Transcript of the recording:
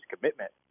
commitment